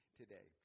today